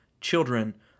children